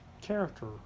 character